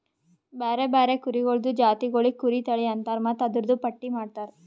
ಬ್ಯಾರೆ ಬ್ಯಾರೆ ಕುರಿಗೊಳ್ದು ಜಾತಿಗೊಳಿಗ್ ಕುರಿ ತಳಿ ಅಂತರ್ ಮತ್ತ್ ಅದೂರ್ದು ಪಟ್ಟಿ ಮಾಡ್ತಾರ